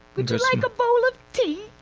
would you like a bowl of tea?